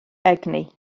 egni